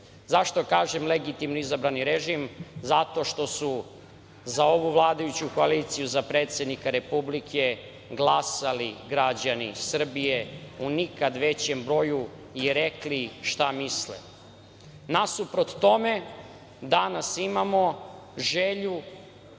režim.Zašto kažem legitimno izabrani režim? Zato što su za ovu vladajuću koaliciju za predsednika Republike glasali građani Srbije u nikad većem broju i rekli šta misle. Nasuprot tome danas imamo želju